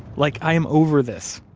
like, i'm over this.